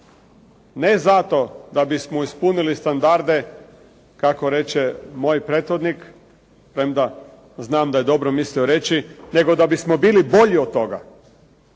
ne zato da bismo ispunili standarde, kako reče moj prethodnik, premda znam da je dobro mislio reći, nego da bismo bili bolji od toga.